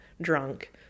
drunk